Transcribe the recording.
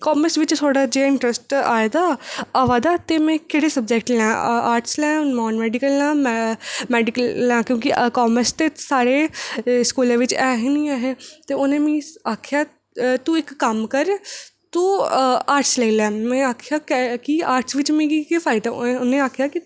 commerce बिच थोह्ड़ा जेहा इंटरैस्ट आए दा ते आवै दा ते में केह्ड़े सब्जैक्ट लें आर्टस लें मैडिकल लें नॉन मैडिकल लें ते मैडिकल लें की के कॉमर्स साढ़े स्कूलें बिच ऐहे निं हे ते उ'नें मिगी आखेआ तू इक कम्म कर कि तू ऑर्टस लेई लेआं की के ऑर्टस बिच मिगी केह् फायदा ते उ'नें आखेआ मिगी